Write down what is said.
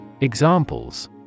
Examples